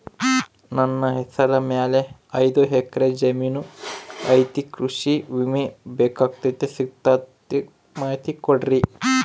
ನನ್ನ ಹೆಸರ ಮ್ಯಾಲೆ ಐದು ಎಕರೆ ಜಮೇನು ಐತಿ ಕೃಷಿ ವಿಮೆ ಬೇಕಾಗೈತಿ ಸಿಗ್ತೈತಾ ಮಾಹಿತಿ ಕೊಡ್ರಿ?